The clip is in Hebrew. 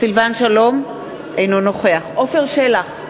אינו נוכח עפר שלח,